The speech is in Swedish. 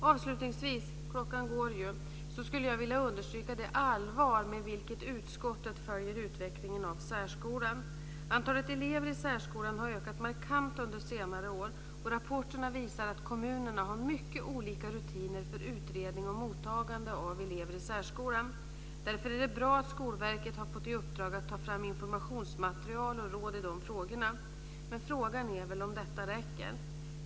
Avslutningsvis skulle jag vilja understryka det allvar med vilket utskottet följer utvecklingen av särskolan. Antalet elever i särskolan har ökat markant under senare år, och rapporterna visar att kommunerna har mycket olika rutiner för utredning och mottagande av elever i särskolan. Därför är det bra att Skolverket har fått i uppdrag att ta fram informationsmaterial och råd i dessa frågor. Frågan är om detta räcker.